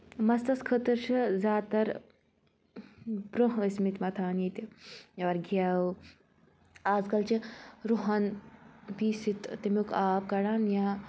بَچَس خٲطرٕ چھِ زیادٕ تَر برونٛہہ ٲسۍ مٕتۍ مَتھان ییٚتہِ یور گیاو اَزکَل چھِ رُہَن پیٖسِتھ تمیُک آب کَڑان یا